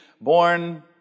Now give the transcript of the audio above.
Born